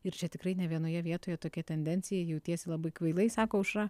ir čia tikrai ne vienoje vietoje tokia tendencija jautiesi labai kvailai sako aušra